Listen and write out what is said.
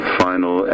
final